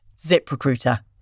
ZipRecruiter